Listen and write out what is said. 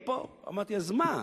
אמרתי, אז מה,